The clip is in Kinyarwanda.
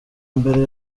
mbere